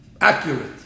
accurate